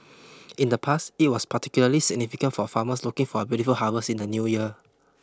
in the past it was particularly significant for farmers looking for a bountiful harvest in the new year